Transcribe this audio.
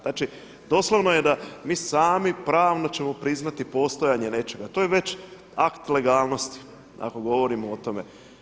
Znači, doslovno je da mi sami pravno ćemo priznati postojanje nečega, to je već akt legalnosti ako govorimo o tome.